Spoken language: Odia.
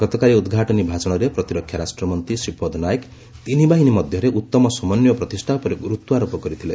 ଗତକାଲି ଉଦ୍ଘାଟନୀ ଭାଷଣରେ ପ୍ରତିରକ୍ଷା ରାଷ୍ଟ୍ରମନ୍ତ୍ରୀ ଶ୍ରୀପଦ ନାୟକ ତିନିବାହିନୀ ମଧ୍ୟରେ ଉତ୍ତମ ସମନ୍ୱୟ ପ୍ରତିଷ୍ଠା ଉପରେ ଗୁରୁତ୍ୱ ଆରୋପ କରିଥିଲେ